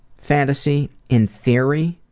fantasy in theory